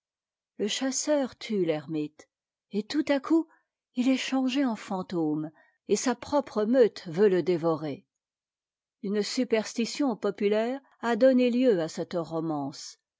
le chasseur tue t'ermite et tout à coup il est changé en fantôme et sa propre meute veut te dévorer une superstition populaire a donné lieu cette romance